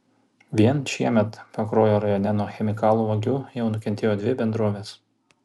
vien šiemet pakruojo rajone nuo chemikalų vagių jau nukentėjo dvi bendrovės